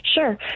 Sure